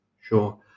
Sure